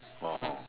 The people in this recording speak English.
oh oh